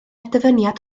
dyfyniad